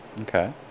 Okay